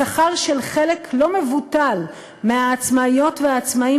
השכר של חלק לא מבוטל מהעצמאיות והעצמאים